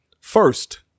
first